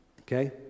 Okay